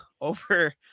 over